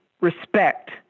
respect